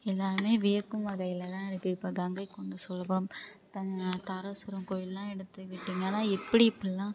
எல்லோருமே வியக்கும் வகையில் தான் இருக்குது இப்போ கங்கைகொண்ட சோழபுரம் த தாராசுரம் கோவில்லாம் எடுத்துக்கிட்டிங்கன்னா எப்படி இப்படிலாம்